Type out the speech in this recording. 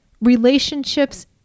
Relationships